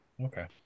Okay